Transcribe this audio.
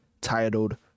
titled